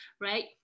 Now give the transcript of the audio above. right